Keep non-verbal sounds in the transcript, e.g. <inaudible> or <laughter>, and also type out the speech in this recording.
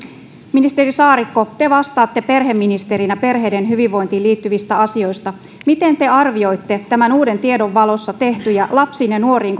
ministeri saarikko te vastaatte perheministerinä perheiden hyvinvointiin liittyvistä asioista miten te arvioitte tämän uuden tiedon valossa tehtyjä lapsiin ja nuoriin <unintelligible>